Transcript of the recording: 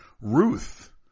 Ruth